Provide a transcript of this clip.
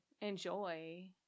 enjoy